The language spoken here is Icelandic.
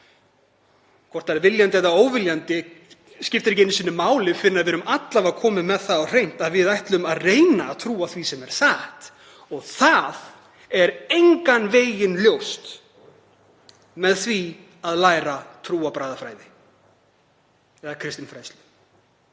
Hvort það er viljandi eða óviljandi skiptir ekki einu sinni máli fyrr en við erum alla vega komin með það á hreint að við ætluðum að reyna að trúa því sem er satt. Og það er engan veginn ljóst með því að læra trúarbragðafræði eða kristinfræði.